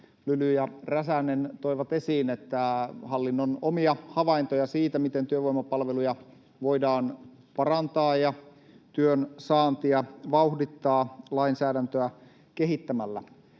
Lyly ja Räsänen toivat esiin hallinnon omia havaintoja siitä, miten työvoimapalveluja voidaan parantaa ja työnsaantia vauhdittaa lainsäädäntöä kehittämällä.